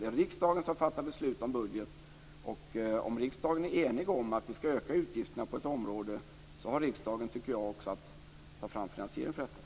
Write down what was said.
Det är riksdagen som fattar beslut om budget. Om riksdagen är enig om att vi skall öka utgifterna på ett område har riksdagen, tycker jag, också att ta fram finansiering för detta.